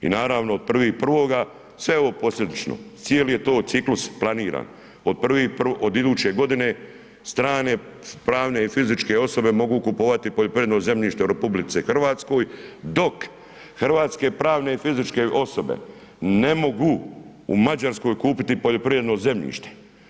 I naravno 1.1., sve je ovo posljedično, cijeli je to ciklus planiran od 1.1., od iduće godine, strane pravne i fizičke osobe mogu kupovati poljoprivredno zemljište u RH dok hrvatske pravne i fizičke osobe ne mogu u Mađarskoj kupiti poljoprivredno zemljište.